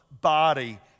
body